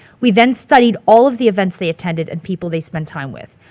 we then studied all of the events they attended and people they spend time with.